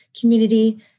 community